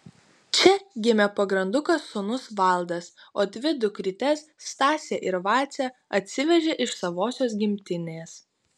čia gimė pagrandukas sūnus valdas o dvi dukrytes stasę ir vacę atsivežė iš savosios gimtinės